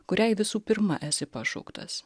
kuriai visų pirma esi pašauktas